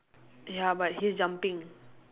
ya but he's jumping